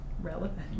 relevant